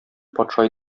патша